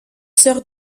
sœur